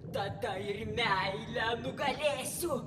tada ir meilę nugalėsiu